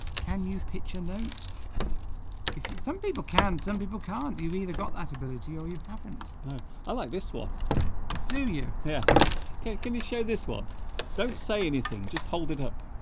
can you pitch a note if you some people can some people can't you've either got that ability or you haven't i like this one do you yes okay can you show this one don't say anything just hold it up